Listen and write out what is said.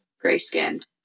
gray-skinned